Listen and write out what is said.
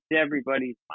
everybody's